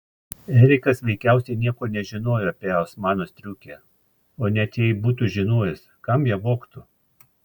erikas veikiausiai nieko nežinojo apie osmano striukę o net jei būtų žinojęs kam ją vogtų